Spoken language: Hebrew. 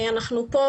אנחנו פה,